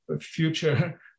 future